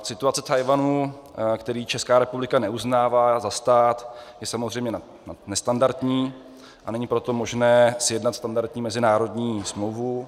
Situace Tchajwanu, který Česká republika neuznává za stát, je samozřejmě nestandardní, a není proto možné sjednat standardní mezinárodní smlouvu.